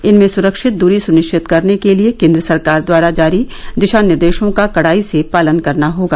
इनमें सुरक्षित दूरी सुनिश्चित करने के लिए केन्द्र सरकार द्वारा जारी दिशा निर्देशों का कड़ाई से पालन करना होगा